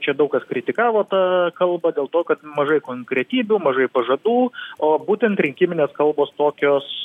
čia daug kas kritikavo tą kalbą dėl to kad mažai konkretybių mažai pažadų o būtent rinkiminės kalbos tokios